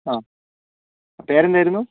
ആഹ് പേര് എന്തായിരുന്നു